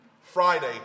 Friday